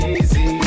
easy